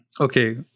Okay